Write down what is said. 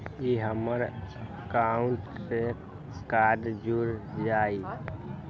ई हमर अकाउंट से कार्ड जुर जाई?